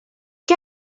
que